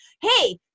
hey